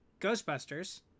Ghostbusters